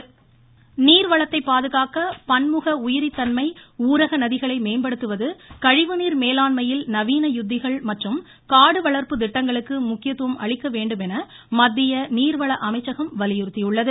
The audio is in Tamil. நதிநீர் கூட்டமைப்பு நீர் வளத்தை பாதுகாக்க பன்முக உயிரித்தன்மை ஊரக நதிகளை மேம்படுத்துவது கழிவுநீர் மேலாண்மையில் நவீன யுக்திகள் மற்றும் காடு வளர்ப்பு திட்டங்களுக்கு முக்கியத்துவம் அளிக்க வேண்டும் என மத்திய நீர் வள அமைச்சகம் வலியுறுத்தியுள்ளது